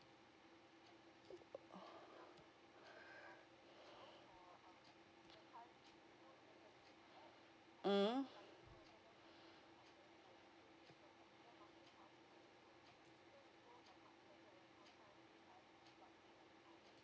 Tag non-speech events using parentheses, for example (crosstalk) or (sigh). (breath) (noise) mm